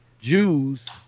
Jews